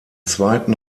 zweiten